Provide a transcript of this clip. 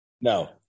No